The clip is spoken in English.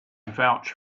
vouch